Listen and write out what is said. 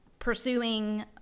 Pursuing